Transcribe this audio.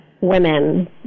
women